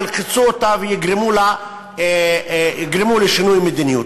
ילחצו אותה ויגרמו לשינוי מדיניות.